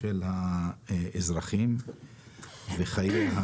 האזרחים וחייהם,